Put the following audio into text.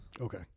Okay